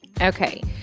Okay